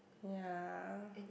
ya